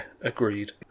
agreed